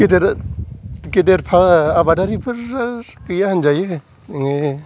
गेदेर गेदेर फाला आबादारिफोर गैया होनजायो नोङो